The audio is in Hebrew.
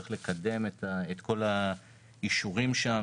צריך לקדם את כל האישורים שם,